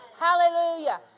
hallelujah